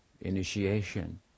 initiation